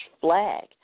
flag